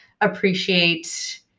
appreciate